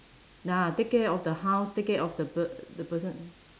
nah take care of the house take care of the per~ the person